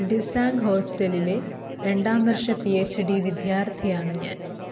ഡിസാങ് ഹോസ്റ്റലിലെ രണ്ടാം വർഷ പി എച്ച് ഡി വിദ്യാർത്ഥിയാണ് ഞാൻ